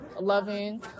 loving